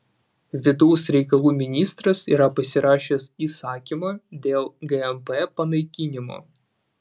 vidaus reikalų ministras yra pasirašęs įsakymą dėl gmp panaikinimo